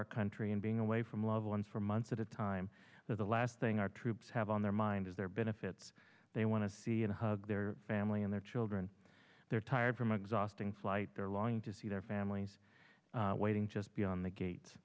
our country and being away from loved ones for months at a time the last thing our troops have on their mind is their benefits they want to see and hug their family and their children they're tired from exhausting flight their longing to see their families waiting just beyond the gate